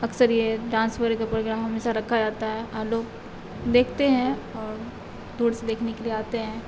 اکثر یہ ڈانس وغیرہ کا پروگرام ہمیشہ رکھا جاتا ہے ہاں لوگ دیکھتے ہیں اور دور سے دیکھنے کے لیے آتے ہیں